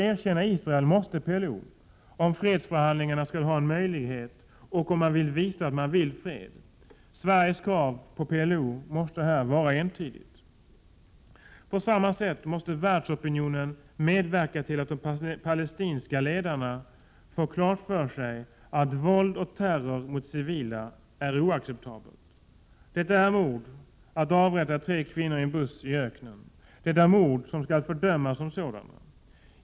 Erkänna Israel måste PLO, om fredsförhandlingarna skall ha en möjlighet att lyckas och om man vill visa att man vill fred. Sveriges krav på PLO måste här vara entydigt. På samma sätt måste världsopinionen medverka till att de palestinska ledarna får klart för sig att våld och terror mot civila är oacceptabelt. Det är mord att avrätta tre kvinnor i en buss i öknen, det är mord och det skall fördömas som ett sådant.